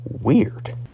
weird